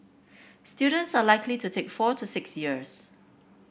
students are likely to take four to six years